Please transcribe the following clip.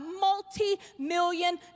multi-million